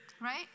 right